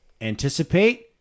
anticipate